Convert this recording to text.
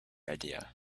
idea